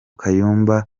kayumba